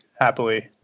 happily